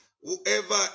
Whoever